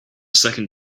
second